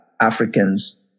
Africans